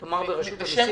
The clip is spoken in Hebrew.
תאמר לרשות המסים.